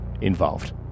involved